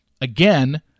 again